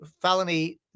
felony